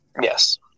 Yes